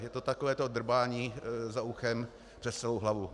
Je to takovéto drbání za uchem přes celou hlavu.